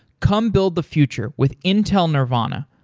come build the future with intel nervana.